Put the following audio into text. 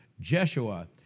Jeshua